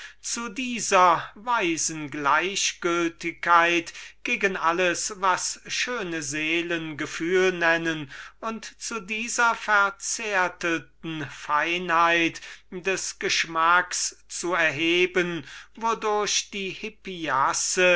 zu dieser weisen gleichgültigkeit gegen alles was die schwärmerischen seelen empfindung nennen und zu dieser verzärtelten feinheit des geschmacks zu erheben wodurch die